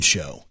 Show